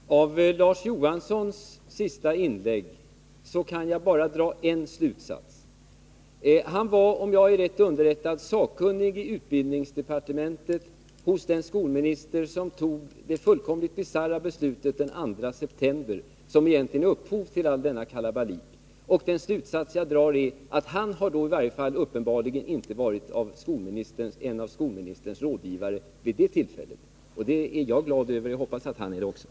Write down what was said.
Herr talman! Av Larz Johanssons senaste inlägg kan jag bara dra en slutsats. Han var, om jag är rätt underrättad, sakkunnig i utbildningsdepartementet hos den skolminister som tog det fullkomligt bisarra beslutet den 2 september vilket gav upphov till hela denna kalabalik. Min slutsats är att Larz Johansson uppenbarligen inte varit en av skolministerns rådgivare vid det tillfället. Det är jag glad över. Jag hoppas han är det också.